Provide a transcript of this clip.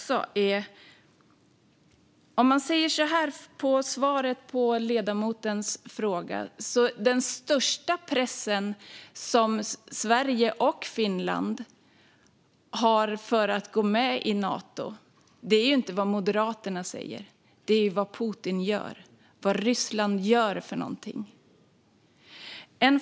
Som svar på ledamotens fråga utgör den största pressen på Sverige och Finland att gå med i Nato inte vad Moderaterna säger utan vad Putin och Ryssland gör.